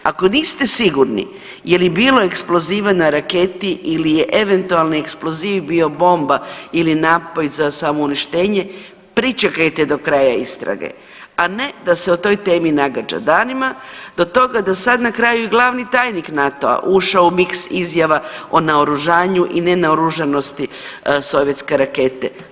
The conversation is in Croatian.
Ako niste sigurni je li bilo eksploziva na raketi ili je eventualni eksploziv bio bomba ili … [[Govornica se ne razumije.]] samouništenje pričekajte do kraja istrage, a ne da se o toj temi nagađa danima do toga da sad i glavni tajnik NATO-a ušao u miks izjava o naoružanju i nenaoružanosti sovjetske rakete.